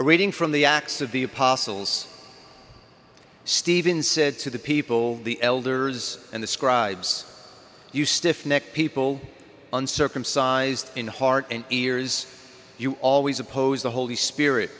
reading from the acts of the apostles stephen said to the people the elders and the scribes you stiff necked people uncircumcised in heart and ears you always oppose the holy spirit